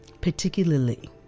particularly